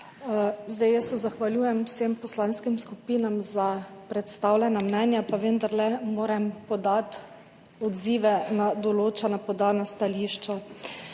Jaz se zahvaljujem vsem poslanskim skupinam za predstavljena mnenja, pa vendarle se moram odzvati na določena podana stališča.